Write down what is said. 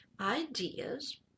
ideas